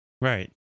Right